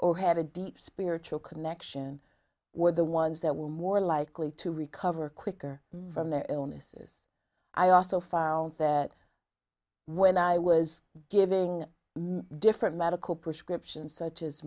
or had a deep spiritual connection were the ones that were more likely to recover quicker from their illnesses i also found that when i was giving different medical prescriptions such as